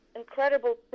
incredible